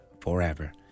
forever